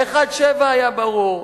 ה-1.7 היה ברור.